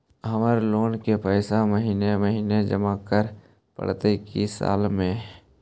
हमर लोन के पैसा महिने महिने जमा करे पड़तै कि साल में?